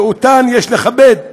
שאותן יש לכבד.